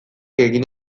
egin